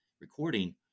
recording